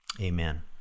Amen